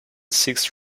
seeks